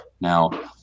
now